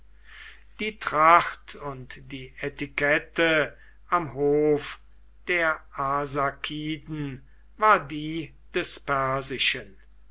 die tracht und die etikette am hof der arsakiden war die des persischen